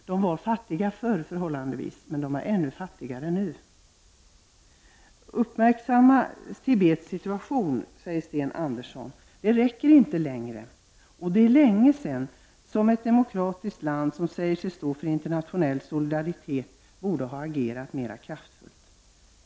De var förhållandevis fattiga förr, men de är ännu fattigare nu. Sten Andersson säger att man skall uppmärksamma Tibets situation. Det räcker inte längre. Ett demokratiskt land som säger sig stå för internationell solidaritet borde för länge sedan ha agerat mera kraftfullt.